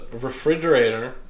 refrigerator